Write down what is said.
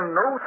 no